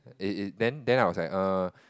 it it then then I was like err